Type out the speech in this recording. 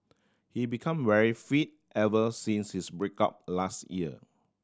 he become very fit ever since his break up last year